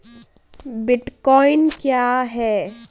Bitcoin क्या है?